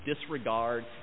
disregard